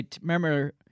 Remember